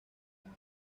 nada